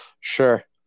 Sure